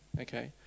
okay